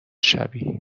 شوی